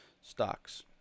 stocks